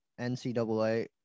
NCAA